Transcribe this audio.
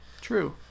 True